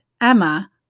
emma